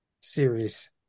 series